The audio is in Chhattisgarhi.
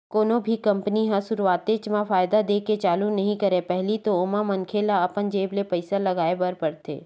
कोनो भी कंपनी ह सुरुवातेच म फायदा देय के चालू नइ करय पहिली तो ओमा मनखे ल अपन जेब ले पइसा लगाय बर परथे